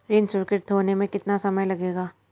ऋण स्वीकृत होने में कितना समय लगेगा?